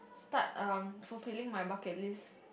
start um fulfilling my bucket list